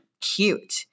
cute